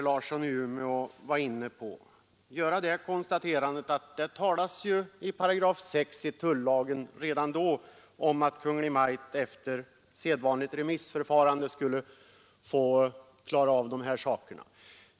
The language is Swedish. Låt mig då konstatera att det i 6 § tullagen sägs att Kungl. Maj:t efter sedvanligt remissförfarande skall få klara av de här organisationsfrågorna.